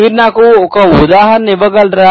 మీరు నాకు ఒక ఉదాహరణ ఇవ్వగలరా